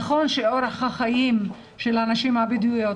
נכון שאורח החיים של הנשים הבדואיות